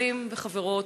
חברים וחברות,